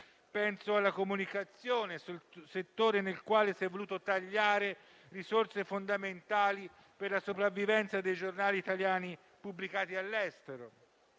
Penso alla comunicazione, settore nel quale si è deciso di tagliare risorse fondamentali per la sopravvivenza dei giornali italiani pubblicati all'estero.